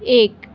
ایک